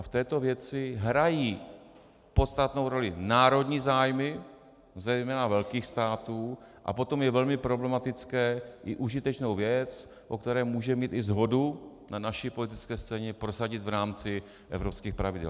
A v této věci hrají podstatnou roli národní zájmy zejména velkých států, a potom je velmi problematické i užitečnou věc, o které můžeme mít i shodu na naší politické scéně, prosadit v rámci evropských pravidel.